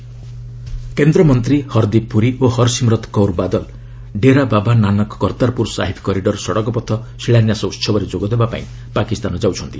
Kartarpur corridor କେନ୍ଦ୍ରମନ୍ତ୍ରୀ ହର୍ଦୀପ୍ ପୁରୀ ଓ Harsimrat Kaur Badal Dera Baba Nanak Kartarpur Sahib corridor ସଡ଼କପଥ ଶିଳାନ୍ୟାସ ଉହବରେ ଯୋଗଦେବାପାଇଁ ପାକିସ୍ତାନ ଯାଉଛନ୍ତି